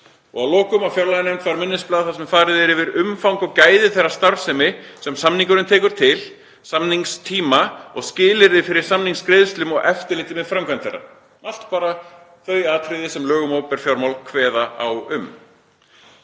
Að lokum fær fjárlaganefnd minnisblað þar sem farið er yfir umfang og gæði þeirrar starfsemi sem samningurinn tekur til, samningstíma, skilyrði fyrir samningsgreiðslum og eftirlit með framkvæmd þeirra. Allt eru þetta atriði sem lög um opinber fjármál kveða á um.